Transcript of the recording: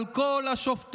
על כל השופטים.